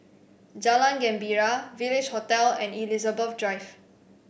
Jalan Gembira Village Hotel and Elizabeth Drive